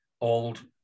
old